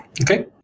Okay